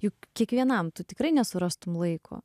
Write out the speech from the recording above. juk kiekvienam tu tikrai nesurastumei laiko